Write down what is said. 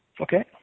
okay